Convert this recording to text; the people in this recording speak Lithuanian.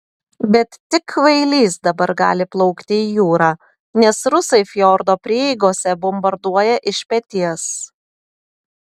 bet tik kvailys dabar gali plaukti į jūrą nes rusai fjordo prieigose bombarduoja iš peties